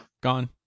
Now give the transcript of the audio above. gone